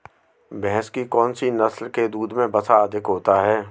भैंस की कौनसी नस्ल के दूध में वसा अधिक होती है?